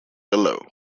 below